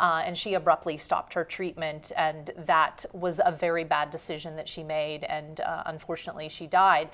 years and she abruptly stopped her treatment and that was a very bad decision that she made and unfortunately she died